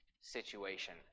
situation